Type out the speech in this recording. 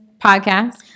podcast